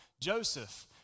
Joseph